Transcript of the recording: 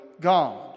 God